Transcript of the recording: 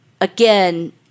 again